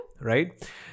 Right